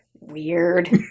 weird